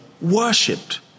worshipped